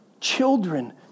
children